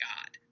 God